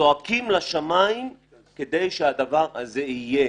זועקים לשמיים כדי שהדבר הזה יהיה.